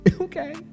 Okay